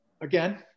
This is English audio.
again